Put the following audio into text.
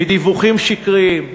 מדיווחים שקריים,